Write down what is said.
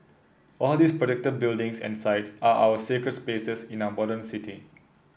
all these protected buildings and sites are our sacred spaces in our modern city